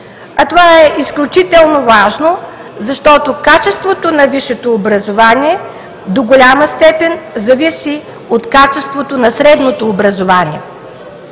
А това е изключително важно, защото качеството на висшето образование до голяма степен зависи от качеството на средното образование.